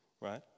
right